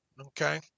Okay